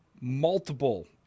multiple